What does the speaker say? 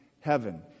heaven